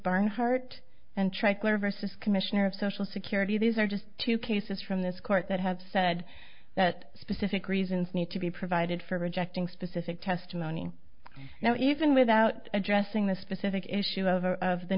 versus commissioner of social security these are just two cases from this court that had said that specific reasons need to be provided for rejecting specific testimony now even without addressing the specific issue of of the